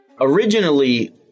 Originally